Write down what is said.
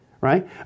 right